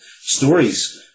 stories